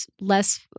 less